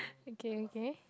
okay okay